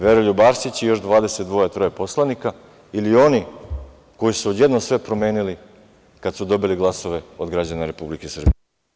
Veroljub Arsić i još 22-23. poslanika ili oni koji su odjednom sve promenili kada su dobili glasove od građana republike Srbije?